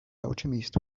alchemist